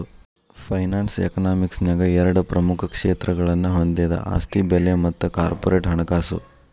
finance economics ನ್ಯಾಗ ಎರಡ ಪ್ರಮುಖ ಕ್ಷೇತ್ರಗಳನ್ನ ಹೊಂದೆದ ಆಸ್ತಿ ಬೆಲೆ ಮತ್ತ ಕಾರ್ಪೊರೇಟ್ ಹಣಕಾಸು